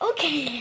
Okay